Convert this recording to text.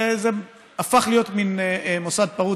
זה הפך להיות מין מוסד פרוץ.